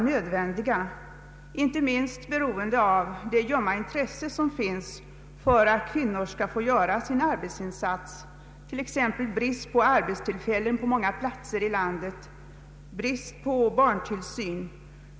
Jag tänker i det sammanhanget inte minst på det ljumma intresse som finns för att kvinnor skall få fullgöra en arbetsinsats och orsakerna till detta förhållande såsom brist på arbetstillfällen i många delar av landet och brist på barntillsyn.